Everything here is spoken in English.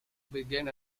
begin